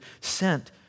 sent